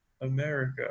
america